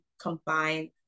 combine